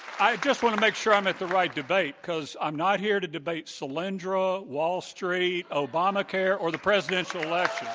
i just want to make sure i'm at the right debate, because i'm not here to debate solyndra, wall street, obamacare, or the presidential